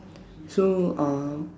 so uh